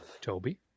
Toby